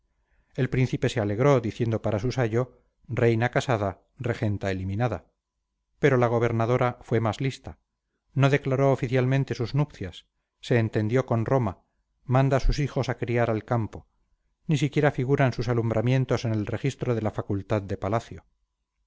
el príncipe se alegró diciendo para su sayo reina casada regenta eliminada pero la gobernadora fue más lista no declaró oficialmente sus nupcias se entendió con roma manda sus hijos a criar al campo ni siquiera figuran sus alumbramientos en el registro de la facultad de palacio